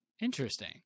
Interesting